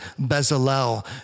Bezalel